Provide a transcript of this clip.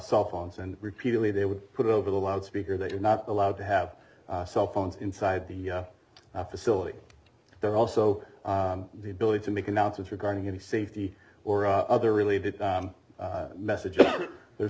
cell phones and repeatedly they would put over the loudspeaker that you're not allowed to have cell phones inside the facility there also the ability to make announcements regarding any safety or other related messages there's